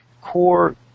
core